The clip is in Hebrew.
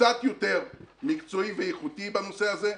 קצת יותר מקצועי ואיכותי בנושא הזה.